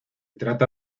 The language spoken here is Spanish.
trata